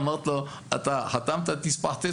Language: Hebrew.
אמרתי לו, אתה החתמת את נספח ט'?